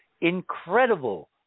incredible